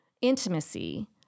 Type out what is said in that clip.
intimacy